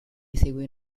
eseguì